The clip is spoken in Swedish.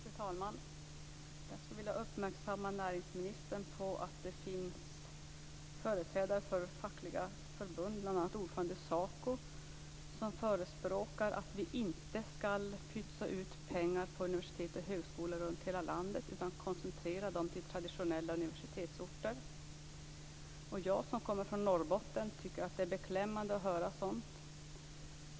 Fru talman! Jag skulle vilja uppmärksamma näringsministern på att det finns företrädare för fackliga fackförbund, bl.a. ordföranden i SACO, som förespråkar att vi inte skall pytsa ut pengar på universitet och högskolor i hela landet utan koncentrera dem till traditionella universitetsorter. Jag som kommer från Norrbotten tycker att det är beklämmande att höra sådant.